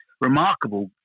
remarkable